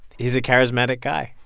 he's a charismatic guy.